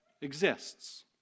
exists